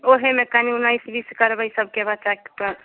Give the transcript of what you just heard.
ओहेमे कनि उन्नैस बीस करबै सबके बच्चा पर